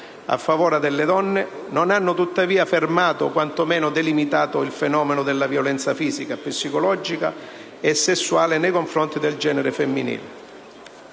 a favore delle donne non hanno tuttavia fermato, o quanto meno delimitato, il fenomeno della violenza fisica, psicologica e sessuale nei confronti del genere femminile.